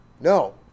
no